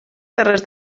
terres